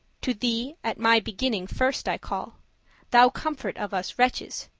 to thee at my beginning first i call thou comfort of us wretches,